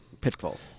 Pitfall